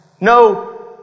No